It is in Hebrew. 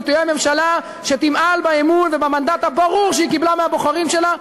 זו תהיה ממשלה שתמעל באמון ובמנדט הברור שהיא קיבלה מהבוחרים שלה,